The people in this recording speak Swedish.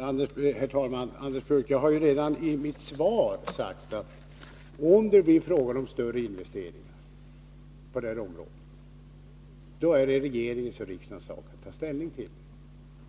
Herr talman! Jag har redan i mitt svar sagt att det, om det blir fråga om större investeringar på det här området, är regeringens och riksdagens sak att ta ställning till